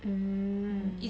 mm